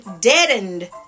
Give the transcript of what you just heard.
deadened